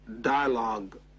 dialogue